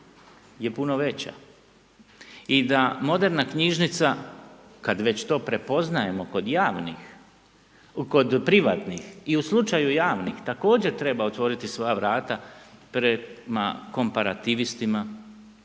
je puno veća i da moderna knjižnica kad već to prepoznajemo kod privatnih i u slučaju javnih također treba otvoriti svoja vrata prema komparativistima,